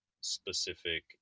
specific